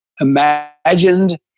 imagined